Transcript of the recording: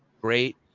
Great